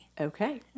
okay